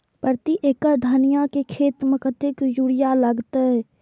प्रति एकड़ धनिया के खेत में कतेक यूरिया लगते?